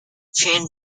chin